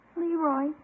Leroy